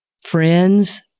friends